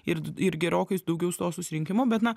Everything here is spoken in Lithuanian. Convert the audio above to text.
ir ir gerokai daugiau to susirinkimo bet na